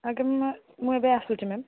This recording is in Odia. ଆଜ୍ଞା ମ୍ୟାମ୍ ମୁଁ ଏବେ ଆସୁଛି ମ୍ୟାମ୍